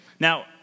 Now